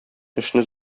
эшне